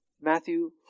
Matthew